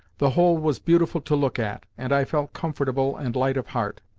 the whole was beautiful to look at, and i felt comfortable and light of heart.